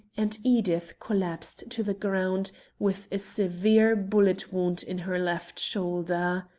and edith collapsed to the ground with a severe bullet wound in her left shoulder.